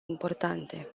importante